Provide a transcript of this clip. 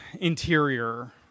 interior